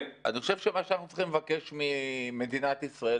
אני חושב שמה שאנחנו צריכים לבקש ממדינת ישראל,